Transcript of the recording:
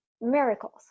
Miracles